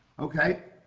okay.